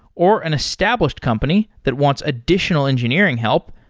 or an established company that wants additional engineering help,